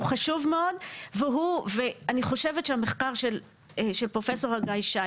הוא חשוב מאוד ואני חושבת שהמחקר של פרופסור אגאי-שי